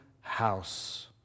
house